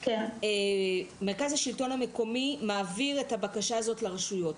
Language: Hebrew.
מרכז השלטון המקומי מעביר את הבקשה הזו לרשויות.